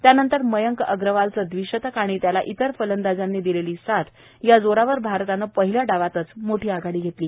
यानंतर मयांक अग्रवालचं दविशतक आणि त्याला इतर फलंदाजांनी दिलेली साथ या जोरावर भारताने पहिल्या डावात मोठी आघाडी घेतली